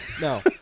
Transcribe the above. No